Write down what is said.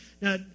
Now